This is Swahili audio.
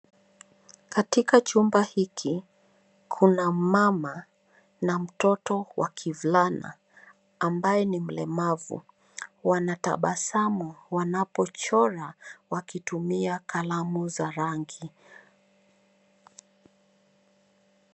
Katika chumba hiki kuna mama na mtoto wa kivulana ambaye ni mlemavu. Wanatabasamu wanapochora wakitumia kalamu za rangi.